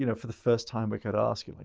you know for the first time we could ask like,